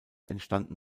entstanden